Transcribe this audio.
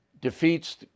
defeats